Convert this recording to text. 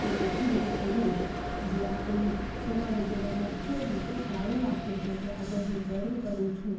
એ લોખંડી પુરુષ જે આપણી સમાજસેવામાં એટલો મોટો ફાળો રાખ્યો છે કે આજે હું ગર્વ કરું છું